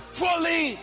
fully